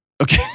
Okay